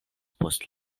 post